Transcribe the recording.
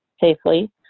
safely